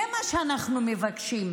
זה מה שאנחנו מבקשים.